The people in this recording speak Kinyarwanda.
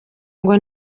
ngo